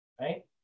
right